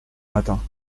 matin